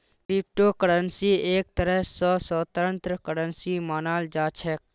crypto करन्सीक एक तरह स स्वतन्त्र करन्सी मानाल जा छेक